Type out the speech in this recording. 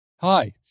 Hi